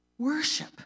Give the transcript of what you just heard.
Worship